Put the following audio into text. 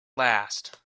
last